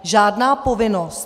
Žádná povinnost.